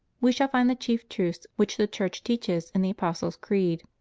we shall find the chief truths which the church teaches in the apostles' creed.